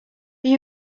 are